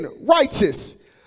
righteous